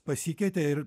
pasikeitė ir